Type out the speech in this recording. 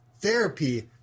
therapy